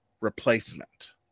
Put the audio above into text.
replacement